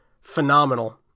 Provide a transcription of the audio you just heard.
phenomenal